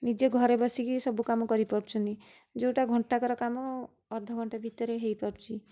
ନିଜେ ଘରେ ବସିକି ସବୁ କାମ କରିପାରୁଛନ୍ତି ଯେଉଁଟା ଘଣ୍ଟାକର କାମ ଅଧଘଣ୍ଟେ ଭିତରେ ହେଇପାରୁଛି